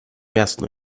jasno